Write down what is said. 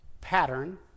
pattern